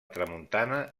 tramuntana